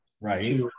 right